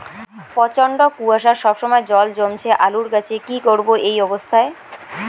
প্রচন্ড কুয়াশা সবসময় জল জমছে আলুর গাছে কি করব এই অবস্থায়?